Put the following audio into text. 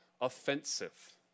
offensive